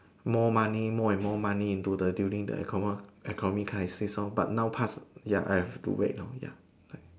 more money more and more money into the during the economy economy crisis lor but now pass ya I have to wait lor ya